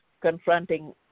confronting